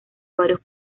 varios